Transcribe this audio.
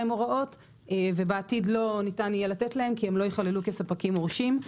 הוראות ובעתיד לא ניתן יהיה לתת להם כי הם לא יכללו כספקים מורשים.